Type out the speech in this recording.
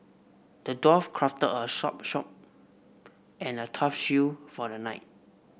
the dwarf crafted a sharp sword and a tough shield for the knight